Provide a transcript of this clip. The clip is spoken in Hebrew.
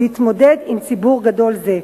להתמודד עם ציבור גדול זה,